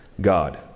God